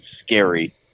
scary